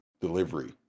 delivery